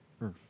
Earth